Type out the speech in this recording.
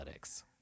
analytics